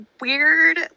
weird